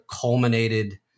culminated